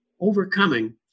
overcoming